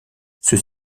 ceux